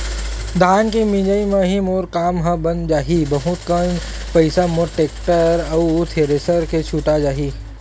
धान के मिंजई म ही मोर काम ह बन जाही बहुत कन पईसा मोर टेक्टर अउ थेरेसर के छुटा जाही